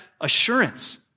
assurance